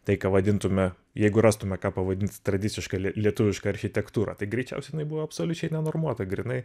tai ką vadintume jeigu rastume ką pavadint tradiciška lietuviška architektūra tai greičiausia jinai buvo absoliučiai nenormuota grynai